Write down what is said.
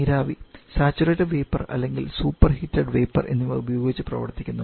നീരാവി saturated vapour അല്ലെങ്കിൽ superheated vapour എന്നിവ ഉപയോഗിച്ച് പ്രവർത്തിക്കുന്നു